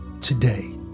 Today